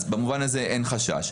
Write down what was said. במובן הזה אין חשש.